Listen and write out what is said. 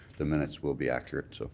the minutes will be accurate. so